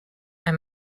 i’m